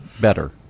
better